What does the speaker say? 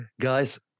guys